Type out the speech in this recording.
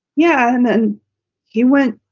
yeah. and then he went.